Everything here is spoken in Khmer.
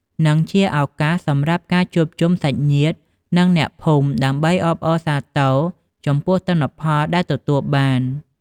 និងជាឱកាសសម្រាប់ ការជួបជុំសាច់ញាតិ និងអ្នកភូមិ ដើម្បីអបអរសាទរចំពោះទិន្នផលដែលទទួលបាន។